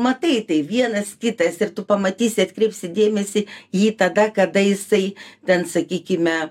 matai tai vienas kitas ir tu pamatysi atkreipsi dėmesį į jį tada kada jisai ten sakykime